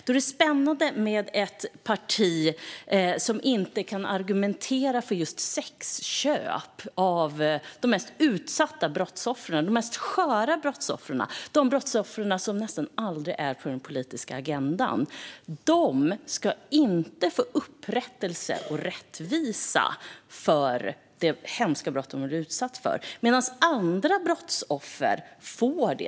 Då är det spännande med ett parti som inte kan argumentera för att offren för sexköp, de mest utsatta och sköra brottsoffren, som nästan aldrig är på den politiska agendan, ska få upprättelse och rättvisa för det hemska brott de blivit utsatta för medan andra brottsoffer får det.